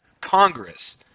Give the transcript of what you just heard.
Congress